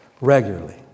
regularly